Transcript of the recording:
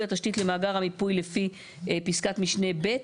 התשתית למאגר המיפוי לפי פסקת משנה (ב),